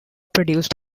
produced